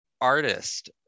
artist